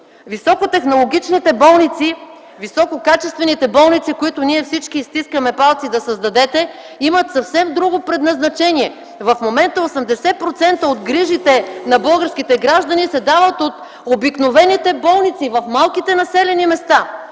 Високотехнологичните болници, висококачествените болници, за които всички ние стискаме палци да създадете, имат съвсем друго предназначение. В момента 80% от грижите на българските граждани се дават от обикновените болници в малките населени места.